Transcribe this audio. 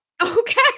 Okay